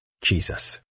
Jesus